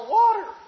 water